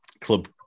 club